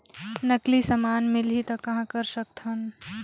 नकली समान मिलही त कहां कर सकथन?